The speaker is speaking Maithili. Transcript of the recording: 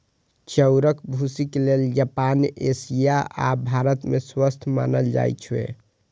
चाउरक भूसीक तेल जापान, एशिया आ भारत मे स्वस्थ मानल जाइ छै